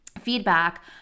feedback